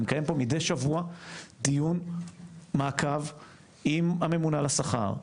אני מקיים פה מידי שבוע דיון מעקב עם הממונה על השכר,